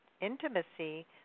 intimacy